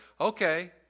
okay